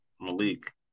Malik